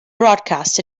broadcast